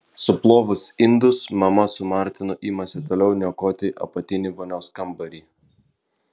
suplovus indus mama su martinu imasi toliau niokoti apatinį vonios kambarį